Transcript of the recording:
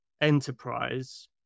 enterprise